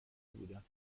بودم